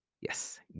Yes